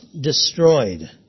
destroyed